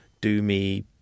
do-me